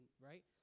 right